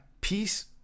Peace